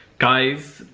guys,